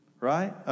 right